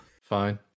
Fine